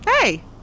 Hey